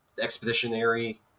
expeditionary